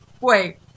Wait